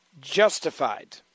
Justified